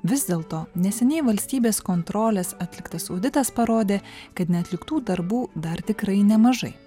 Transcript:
vis dėlto neseniai valstybės kontrolės atliktas auditas parodė kad neatliktų darbų dar tikrai nemažai